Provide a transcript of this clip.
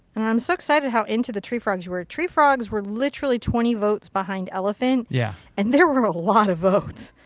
i'm so excited how into the tree frogs you were. tree frogs were literally twenty votes behind elephant. yeah. and there were a lot of votes.